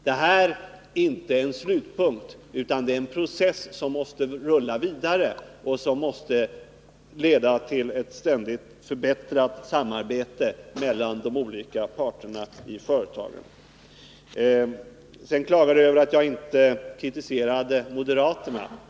Det här är inte en slutpunkt, utan en process som måste rulla vidare och som skall leda till ständigt förbättrat samarbete mellan de olika parterna i företagen. Lars-Ove Hagberg klagade över att jag inte kritiserade moderaterna.